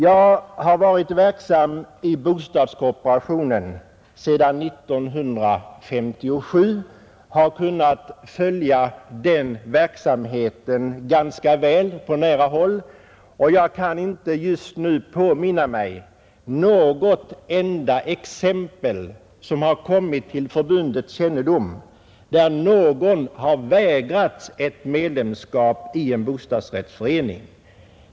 Jag har varit verksam i bostadskooperationen sedan 1957 och har kunnat följa verksamheten inom denna ganska väl på nära håll, och jag kan inte just nu påminna mig något enda exempel som har kommit till förbundets kännedom som visar att någon har vägrats ett medlemskap i en bostadsrättsförening.